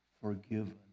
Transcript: forgiven